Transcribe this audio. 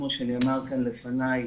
כמו שנאמר כאן לפני,